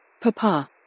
Papa